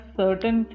certain